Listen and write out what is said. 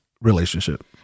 relationship